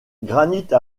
granite